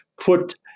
put